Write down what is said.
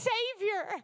Savior